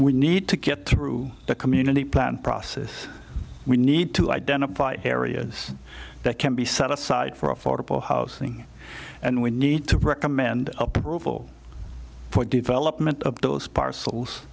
we need to get through the community plan process we need to identify areas that can be set aside for affordable housing and we need to recommend approval for development of those parcels